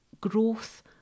growth